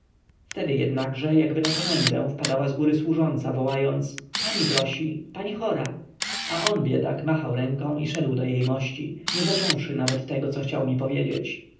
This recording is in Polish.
wtedy jednakże jakby na komendę wpadała z góry służąca wołając pani prosi pani chora a on biedak machał ręką i szedł do jejmości nie zacząwszy nawet tego co chciał mi powiedzieć